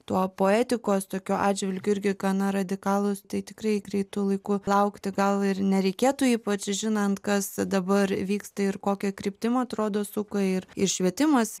tuo poetikos tokiu atžvilgiu irgi gana radikalūs tai tikrai greitu laiku laukti gal ir nereikėtų ypač žinant kas dabar vyksta ir kokia kryptim atrodo suka ir ir švietimas